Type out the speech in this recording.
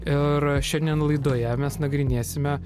ir šiandien laidoje mes nagrinėsime